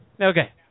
Okay